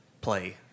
play